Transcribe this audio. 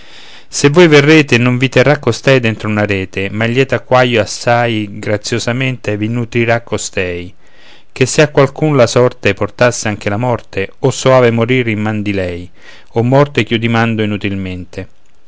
se voi verrete non vi terrà costei dentro una rete ma in lieto acquaio assai graziosamente vi nutrirà costei che se a qualcun la sorte portasse anche la morte o soave morire in man di lei o morte ch'io dimando inutilmente